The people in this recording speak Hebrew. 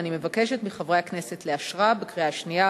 ואני מבקשת מחברי הכנסת לאשרה בקריאה השנייה